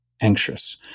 anxious